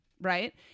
right